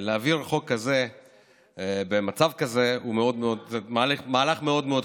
להעביר חוק כזה במצב כזה, מהלך מאוד מאוד חשוב.